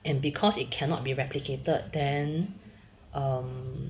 and because it cannot be replicated then um